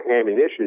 ammunition